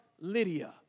Lydia